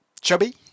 chubby